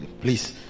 please